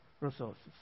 resources